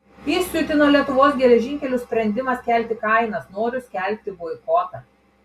įsiutino lietuvos geležinkelių sprendimas kelti kainas noriu skelbti boikotą